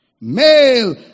Male